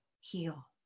heal